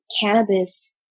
cannabis